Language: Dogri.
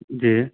जी